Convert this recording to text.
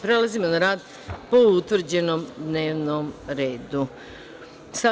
Prelazimo na rad po utvrđenom dnevnom redu sednice.